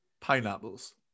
Pineapples